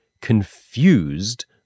confused